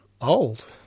old